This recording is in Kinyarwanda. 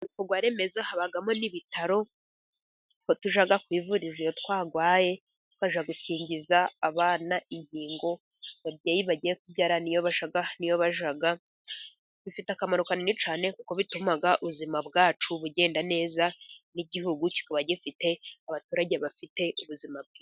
Ibikorwaremezo habamo n'ibitaro, niho tujya kwivuriza iyo twarwaye, tukajya gukingiza abana inkingo, ababyeyi bagiye kubyara niyo bajya, bifite akamaro kanini cyane kuko bituma ubuzima bwacu bugenda neza, n'igihugu kikaba gifite abaturage bafite ubuzima bwiza.